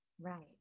Right